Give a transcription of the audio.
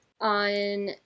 on